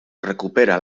recupera